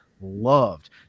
loved